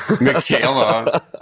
Michaela